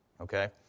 Okay